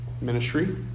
ministry